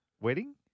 wedding